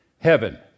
heaven